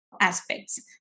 aspects